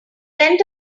went